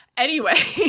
anyway.